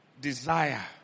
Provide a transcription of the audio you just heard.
Desire